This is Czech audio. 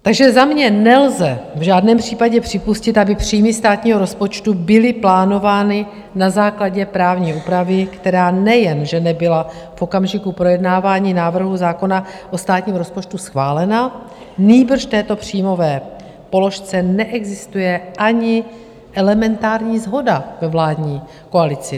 Takže za mě nelze v žádném případě připustit, aby příjmy státního rozpočtu byly plánovány na základě právní úpravy, která nejen že nebyla v okamžiku projednávání návrhu zákona o státním rozpočtu schválena, nýbrž v této příjmové položce neexistuje ani elementární shoda ve vládní koalici.